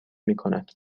میکند